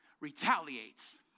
Retaliates